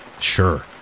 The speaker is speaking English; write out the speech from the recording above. Sure